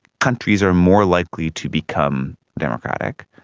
countries are more likely to become democratic.